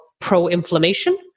pro-inflammation